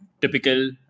typical